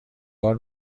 بار